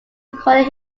recorded